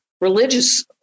religious